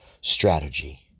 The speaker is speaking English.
strategy